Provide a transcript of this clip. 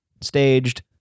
staged